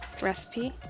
recipe